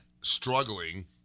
struggling